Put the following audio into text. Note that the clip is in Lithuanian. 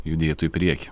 judėtų į priekį